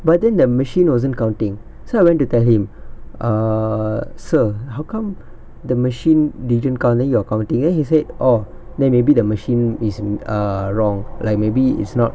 but then the machine wasn't counting so I went to tell him err sir how come the machine didn't count then you're counting then he said oh then maybe the machine is err wrong like maybe it's not